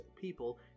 people